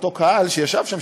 לאותו קהל שישב שם,